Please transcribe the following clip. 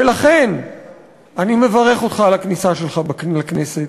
ולכן אני מברך אותך על הכניסה שלך לכנסת,